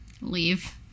Leave